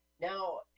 Now